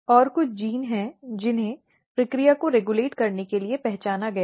और कुछ जीन हैं जिन्हें प्रक्रिया को रेगुलेट करने के लिए पहचाना गया है